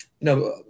no